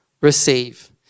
receive